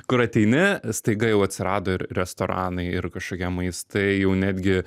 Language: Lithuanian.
kur ateini staiga jau atsirado ir restoranai ir kažkokie maistai jau netgi